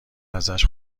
ازش